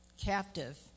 captive